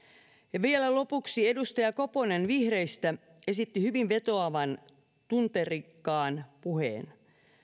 ja vielä lopuksi edustaja koponen vihreistä esitti hyvin vetoavan tunnerikkaan puheen